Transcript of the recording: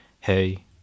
hey